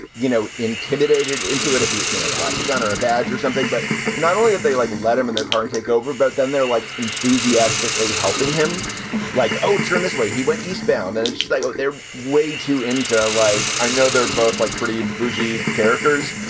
you know, intimidated into it, if he, you know, flashed a gun or a badge or something. but not only that, they, like, let him in their car and take over, but then they're, like, enthusiastically helping him like, oh, turn this way. he went eastbound and just like, oh, they're way too into like i know they're both like pretty ah buji characters.